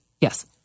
Yes